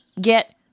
get